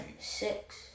six